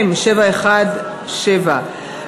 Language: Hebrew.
מ/717.